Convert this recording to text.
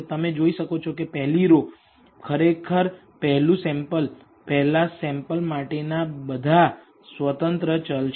તમે જોઈ શકો છો કે પહેલી રો ખરેખર પહેલું સેમ્પલ પહેલા સેમ્પલ માટે ના બધા આશ્રિત ચલ છે